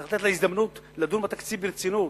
צריך לתת לה הזדמנות לדון בתקציב ברצינות,